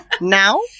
Now